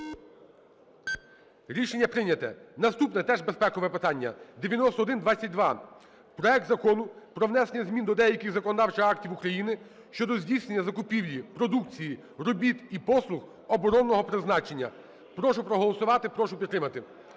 Рішення прийнято. Наступне - теж безпекове питання. 9122: проект Закону про внесення змін до деяких законодавчих актів України щодо здійснення закупівлі продукції, робіт і послуг оборонного призначення. Прошу проголосувати, прошу підтримати.